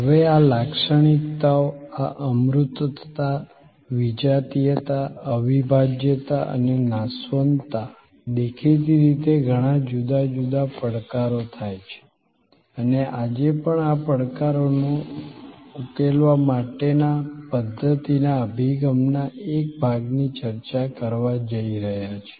હવે આ લાક્ષણિકતાઓ આ અમૂર્તતા વિજાતીયતા અવિભાજ્યતા અને નાશવંતતા દેખીતી રીતે ઘણા જુદા જુદા પડકારો થાય છે અને આજે આપણે આ પડકારોને ઉકેલવા માટેના પધ્ધતિના અભિગમના એક ભાગની ચર્ચા કરવા જઈ રહ્યા છીએ